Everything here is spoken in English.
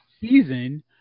season